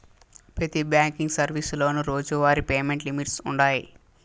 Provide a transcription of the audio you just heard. పెతి బ్యాంకింగ్ సర్వీసులోనూ రోజువారీ పేమెంట్ లిమిట్స్ వుండాయి